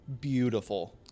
beautiful